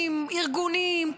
ארגונים,